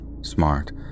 smart